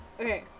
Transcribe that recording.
okay